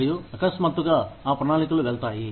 మరియు అకస్మాత్తుగా ఆ ప్రణాళికలు వెళ్తాయి